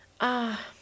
Ah